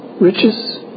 riches